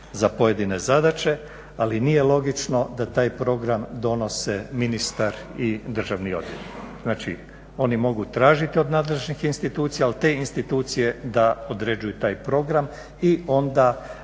za pojedine zadaće, ali nije logično da taj program donose ministar i državni odvjetnik. Znači, oni mogu tražiti od nadležnih institucija, ali te institucije da određuju taj program i onda